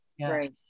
Right